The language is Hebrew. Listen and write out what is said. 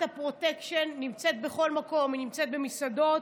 הפרוטקשן נמצאת בכל מקום: היא נמצאת במסעדות,